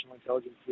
intelligence